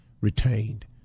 retained